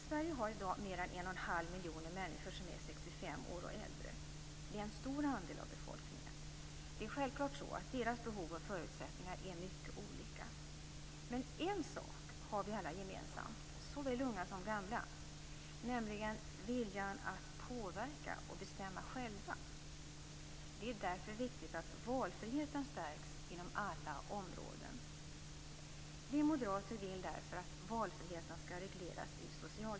Sverige har i dag mer än 1 1⁄2 miljon människor som är 65 år och äldre. Det är en stor andel av befolkningen. Det är självklart så att deras behov och förutsättningar är mycket olika. Men en sak har vi alla gemensamt - såväl unga som gamla - nämligen viljan att påverka och bestämma själva. Det är därför viktigt att valfriheten stärks inom alla områden.